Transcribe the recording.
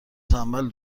تنبل